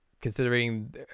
considering